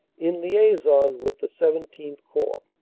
in liaison with the xvii corps.